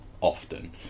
often